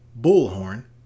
Bullhorn